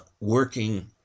working